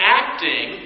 acting